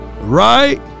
right